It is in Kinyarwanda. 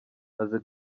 maze